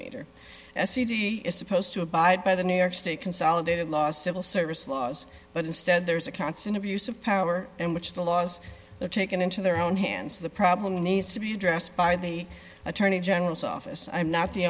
meter a cd is supposed to abide by the new york state consolidated laws civil service laws but instead there is a constant abuse of power and which the laws are taken into their own hands the problem needs to be addressed by the attorney general's office i'm not the